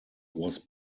was